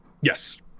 yes